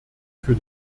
für